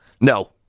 No